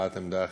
הבעת עמדה אחרת,